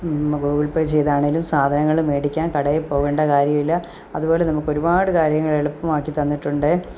Google Pay ചെയ്താണെങ്കിലും സാധനങ്ങൾ മേടിക്കാൻ കടേ പോകേണ്ട കാര്യവും ഇല്ല അതുപോലെ നമുക്ക് ഒരുപാട് കാര്യങ്ങൾ എളുപ്പമാക്കിത്തന്നിട്ടുണ്ട്